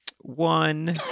one